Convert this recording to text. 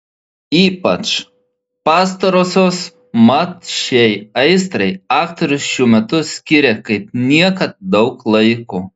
ypač pastarosios mat šiai aistrai aktorius šiuo metu skiria kaip niekad daug laiko